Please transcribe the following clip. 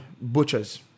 butchers